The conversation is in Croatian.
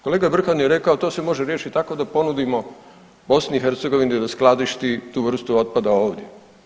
Kolega Brkan je rekao to se može riješiti tako da ponudimo BiH da skladišti tu vrstu otpada ovdje.